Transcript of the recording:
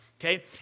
Okay